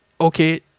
okay